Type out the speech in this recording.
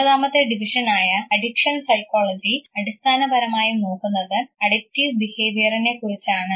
അൻപതാമത്തെ ഡിവിഷനായ addiction psychology അടിസ്ഥാനപരമായും നോക്കുന്നത് അഡിക്ടീവ് ബിഹേവിയറിനെക്കുറിച്ചാണ്